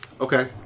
Okay